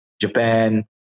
Japan